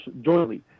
jointly